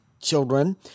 children